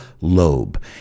lobe